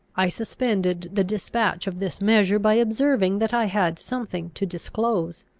i suspended the despatch of this measure by observing that i had something to disclose.